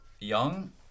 young